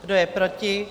Kdo je proti?